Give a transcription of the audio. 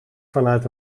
vanuit